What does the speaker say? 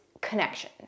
connection